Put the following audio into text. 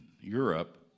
Europe